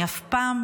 אני אף פעם,